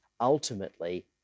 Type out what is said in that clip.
ultimately